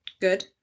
Good